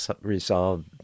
resolve